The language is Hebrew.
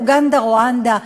אוגנדה רואנדה.